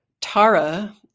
Tara